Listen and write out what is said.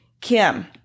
Kim